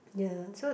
ya